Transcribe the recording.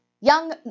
young